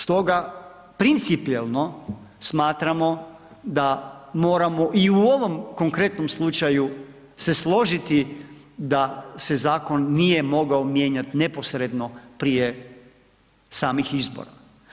Stoga principijelno smatramo da moramo i u ovom konkretnom slučaju se složiti da se zakon nije mogao mijenjati neposredno prije samih izbora.